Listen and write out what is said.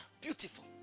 beautiful